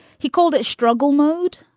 he called it struggle mode.